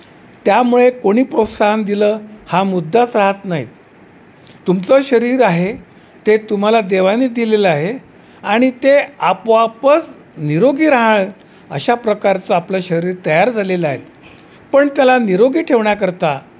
त्यामुळे कोणी प्रोत्साहन दिलं हा मुद्दाच राहत नाही तुमचं शरीर आहे ते तुम्हाला देवाने दिलेलं आहे आणि ते आपोआपच निरोगी राहा अशा प्रकारचं आपलं शरीर तयार झालेलं आहे पण त्याला निरोगी ठेवण्याकरता